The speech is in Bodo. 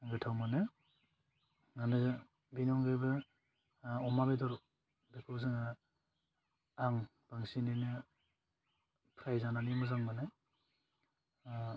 गोथाव मोनो आनो बेनि अनगायैबो आह अमा बेदर फोरखौ जोङो आं बांसिनैनो फ्राइ जानानै मोजां मोनो आह